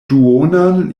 duonan